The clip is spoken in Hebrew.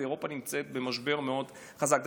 ואירופה נמצאת במשבר מאוד חזק.